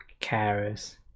carers